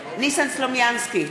נגד ניסן סלומינסקי,